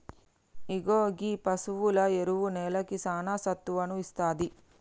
ఇగో గీ పసువుల ఎరువు నేలకి సానా సత్తువను ఇస్తాది